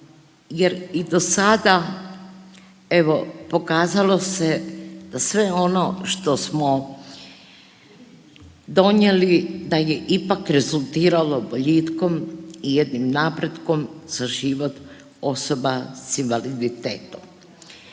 jer i do sada evo pokazalo se da sve ono što smo donijeli da je ipak rezultiralo boljitkom i jednim napretkom za život osoba s invaliditetom.